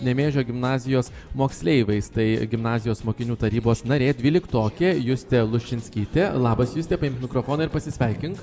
nemėžio gimnazijos moksleiviais tai gimnazijos mokinių tarybos narė dvyliktokė justė luščinskytė labas juste paimk mikrofoną ir pasisveikink